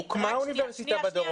הוקמה אוניברסיטה בדרום,